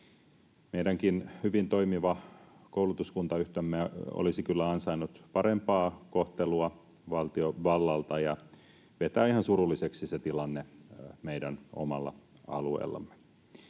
Meidänkin hyvin toimiva koulutuskuntayhtymämme olisi kyllä ansainnut parempaa kohtelua valtiovallalta, ja vetää ihan surulliseksi se tilanne meidän omalla alueellamme.